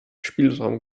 spielraum